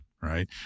Right